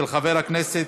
של חבר הכנסת